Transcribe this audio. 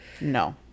no